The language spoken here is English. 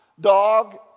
dog